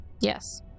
Yes